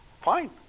fine